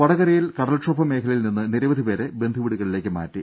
വടകരയിൽ കടൽക്ഷോഭ മേഖലയിൽ നിന്ന് നിരവധിപേരെ ബന്ധുവീടുകളിലേക്ക് മാറ്റി